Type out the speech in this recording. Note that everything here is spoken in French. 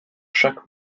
chaque